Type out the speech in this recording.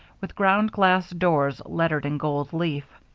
with ground glass doors lettered in gold leaf.